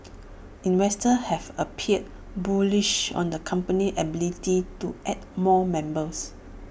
investors have appeared bullish on the company's ability to add more members